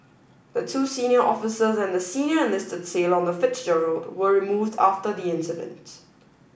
the two senior officers and the senior enlisted sailor on the Fitzgerald were removed after the incident